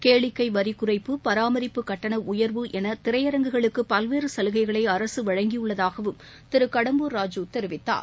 கேளிக்கைவரிகுறைப்பு பராமரிப்பு கட்டணம் உயர்வு எனதிரையரங்குகளுக்குபல்வேறுசலுகைகளைஅரசுவழங்கியுள்ளதாகவும் திருகடம்பூர் ராஜூ தெரிவித்தார்